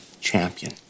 champion